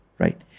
right